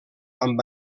amb